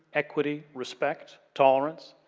equity, respect, tolerance,